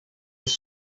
his